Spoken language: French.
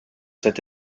cet